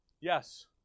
Yes